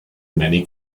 many